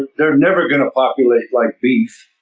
they're never going to populate like beef